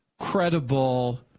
credible